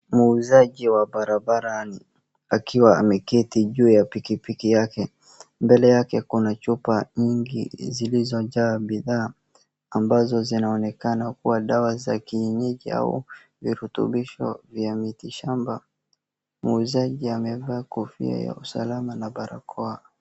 Muuzaji wa barabarani akiwa ameketi juu ya pikipiki yake. Mbele yake kuna chupa nyingi zilizojaa bidhaa ambazo zinaonekana kuwa dawa za kienyeji au virutubisho vya miti shamba. Muuzaji amevaa kofia ya usalama na barakoa.